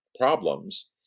problems